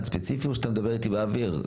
וספציפי או שאתה מדבר איתי באוויר?